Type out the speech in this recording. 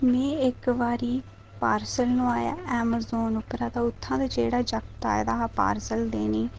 में इक्क बारी पार्सल नुआया ऐमाजॉन उप्परा ते उत्थै जेह्ड़ा जागत् आए दा हा पार्सल देने गी